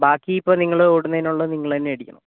ബാക്കി ഇപ്പോൾ നിങ്ങളോടുന്നതിനുള്ളത് നിങ്ങൾ തന്നെ അടിക്കണം